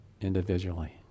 individually